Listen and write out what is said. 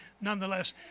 nonetheless